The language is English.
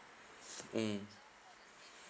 mm